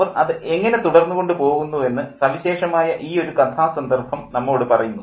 അവർ അത് എങ്ങനെ തുടർന്നു കൊണ്ടു പോകുന്നു എന്ന് സവിശേഷമായ ഈയൊരു കഥാസന്ദർഭം നമ്മോടു പറയുന്നു